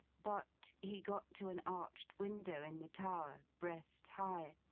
but, he got to an arched window in the tower, breast high,